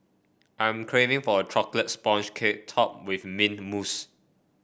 I'm craving for a chocolate sponge cake topped with mint mousse